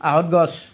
আহঁত গছ